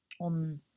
on